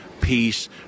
peace